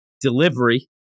delivery